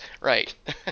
Right